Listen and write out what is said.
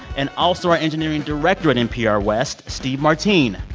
and also our engineering director at npr west, steve martin.